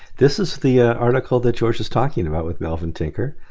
this is the article that george is talking about with melvin tinker.